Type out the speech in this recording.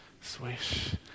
swish